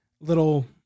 little